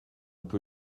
peu